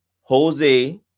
Jose